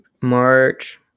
March